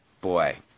Boy